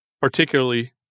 particularly